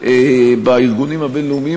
בארגונים הבין-לאומיים,